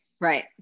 Right